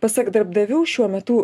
pasak darbdavių šiuo metu